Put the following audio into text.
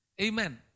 Amen